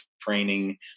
training